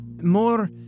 More